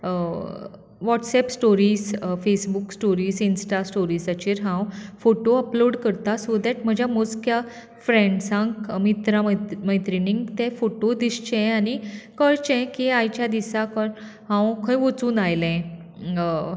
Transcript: WhatsApp stories Facebook stories Insta स्टोरिजाचेर हांव photo upload करतां सो दॅट म्हज्या मोजक्या फ्रॅण्डसांक मित्रा मैत्री मैत्रिणींक ते फोटो दिसचे आनी कळचें की आयच्या दिसा कोण हांव खंय वचून आयलें